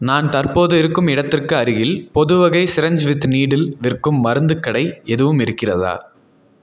நான் தற்போது இருக்கும் இடத்திற்கு அருகில் பொதுவகை சிரிஞ்சு வித் நீடில் விற்கும் மருந்துக் கடை எதுவும் இருக்கிறதா